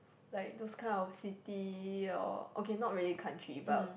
like those kind of city or okay not really country but